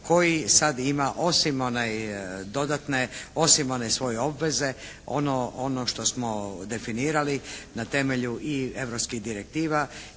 osim dodatne, osim one svoje obveze ono što smo definirali na temelju i europskih direktiva